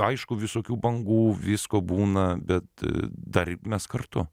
aišku visokių bangų visko būna bet dar mes kartu